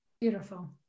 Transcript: Beautiful